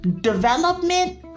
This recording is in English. development